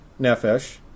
nefesh